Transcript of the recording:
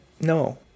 No